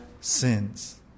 sins